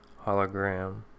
hologram